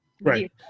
Right